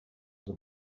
were